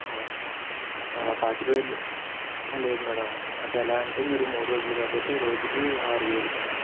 అవునండి పాతిక వేలు ఆహా లేదు మేడం అంటే ఎలా అంటే మీరు మూడు రోజులు కాబట్టి రోజుకి ఆరు వేలు మేడం